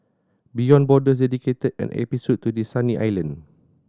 Beyond Borders dedicated an episode to this sunny island